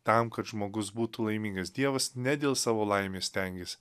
tam kad žmogus būtų laimingas dievas ne dėl savo laimės stengėsi